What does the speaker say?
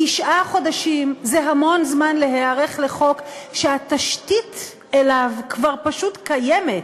תשעה חודשים זה המון זמן להיערך לחוק שהתשתית שלו כבר פשוט קיימת.